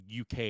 UK